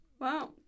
Wow